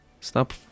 Stop